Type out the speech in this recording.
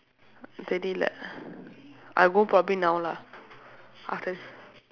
lah I'll go probably now lah after this